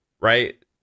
right